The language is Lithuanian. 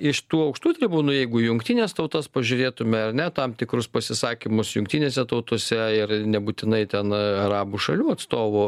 iš tų aukštų tribūnų jeigu jungtines tautas pažiūrėtume ar ne tam tikrus pasisakymus jungtinėse tautose ir nebūtinai ten arabų šalių atstovų